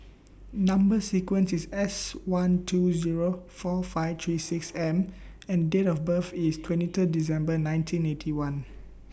Number sequence IS S one two Zero four five three six M and Date of birth IS twenty Third December nineteen Eighty One